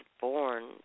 born